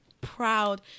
proud